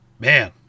Man